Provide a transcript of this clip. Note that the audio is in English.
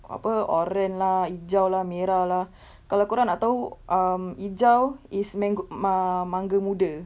apa oren lah hijau lah merah lah kalau korang nak tahu um hijau is mango um mangga muda